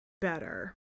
better